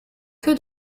que